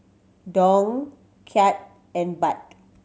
Dong Kyat and Baht